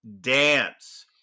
dance